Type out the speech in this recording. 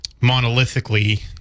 monolithically